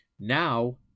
now